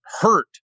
hurt